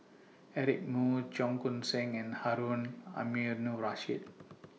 Eric Moo Cheong Koon Seng and Harun Aminurrashid